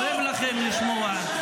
כואב לכם לשמוע.